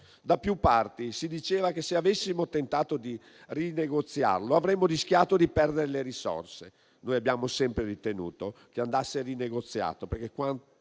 Da più parti si diceva che, se avessimo tentato di rinegoziarlo, avremmo rischiato di perdere le risorse. Noi abbiamo sempre ritenuto che dovesse essere rinegoziato,